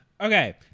Okay